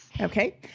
Okay